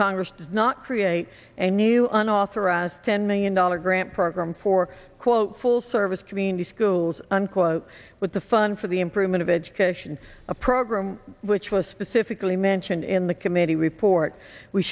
congress does not create a new unauthorized ten million dollars grant program for quote full service community schools unquote with the fund for the improvement of education a program which was specifically mentioned in the committee report we